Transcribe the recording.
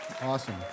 Awesome